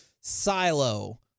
Silo